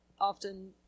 often